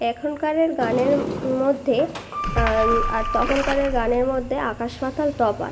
এখনকারের গানের মধ্যে আর তখনকারের গানের মধ্যে আকাশ পাতাল তফাৎ